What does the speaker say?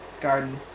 garden